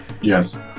yes